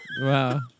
Wow